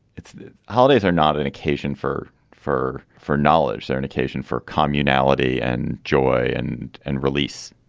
it's the holidays are not an occasion for for for knowledge. they're an occasion for commonality and joy and and release